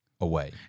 away